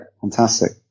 Fantastic